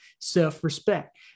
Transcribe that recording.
self-respect